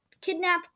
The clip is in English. kidnap